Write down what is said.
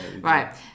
Right